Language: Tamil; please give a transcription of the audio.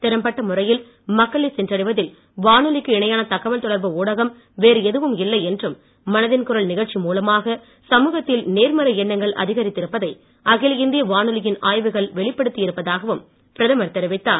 திறம்பட்ட முறையில் மக்களை சென்றடைவதில் வானொலிக்கு இணையான தகவல்தொடர்பு ஊடகம் வேறு எதுவும் இல்லையென்றும் மனதின் குரல் நிகழ்ச்சி மூலமாக சமூகத்தில் நேர்மறை எண்ணங்கள் அதிகரித்திருப்பதை அகில இந்திய வானொலியின் வெளிப்படுத்தி இருப்பதாகவும் பிரதமர் தெரிவித்தார்